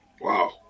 Wow